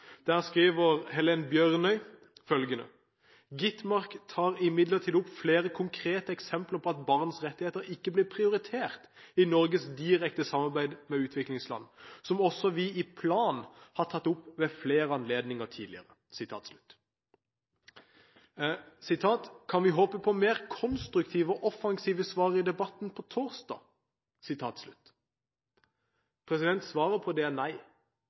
Der skriver Helen Bjørnøy følgende: «Gitmark tar imidlertid opp flere konkrete eksempler på at barns rettigheter ikke blir prioritert i Norges direkte samarbeid med utviklingsland, som også vi i Plan har tatt opp flere ganger tidligere.» Videre skriver hun: «Kan vi håpe på mer konstruktive og offensive svar i debatten på torsdag?» Svaret på det er: Nei. Svaret på det er